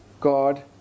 God